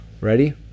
Ready